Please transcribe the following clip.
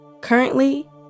currently